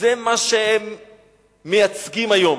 זה מה שהם מייצגים היום.